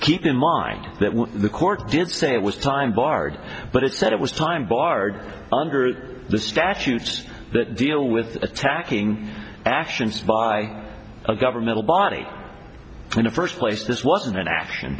keep in mind that the court did say it was time barred but it said it was time barred under the statutes that deal with attacking actions by a governmental body in the first place this wasn't an action